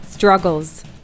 Struggles